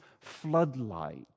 floodlight